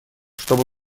чтобы